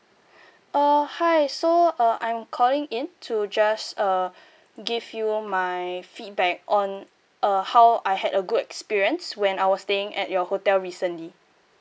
uh hi so uh I'm calling in to just uh give you my feedback on uh how I had a good experience when I was staying at your hotel recently